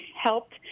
helped